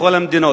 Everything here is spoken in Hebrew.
בכל המדינות,